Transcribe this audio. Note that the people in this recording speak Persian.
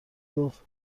گفتبه